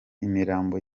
imirambo